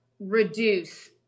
reduce